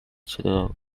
studio